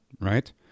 right